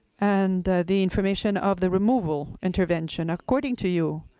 and the information of the removal intervention, according to you,